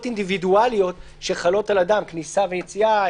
אינדיבידואליות שחלות על אדם כניסה ויציאה,